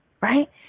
right